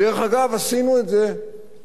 דרך אגב, עשינו את זה בשקט.